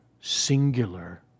singular